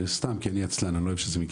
סתם כי אני עצלן אני לא אוהב שמגיעים